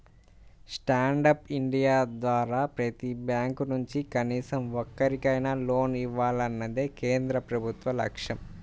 stand up India ద్వారా ప్రతి bank నుంచి కనీసం ఒక్కరికైనా లోన్ ఇవ్వాలన్నదే కేంద్ర ప్రభుత్వ లక్ష్యం